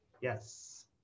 Yes